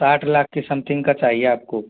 साठ लाख के समथिंग का चाहिए आपको